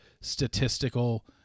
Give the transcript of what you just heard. statistical